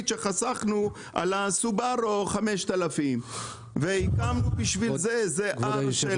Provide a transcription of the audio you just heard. שחסכנו על הסובארו 5,000 והקמנו בשביל זה הר של פקידים.